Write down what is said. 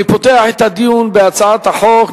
אני פותח את הדיון בהצעת החוק.